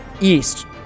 east